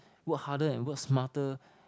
work harder and work smarter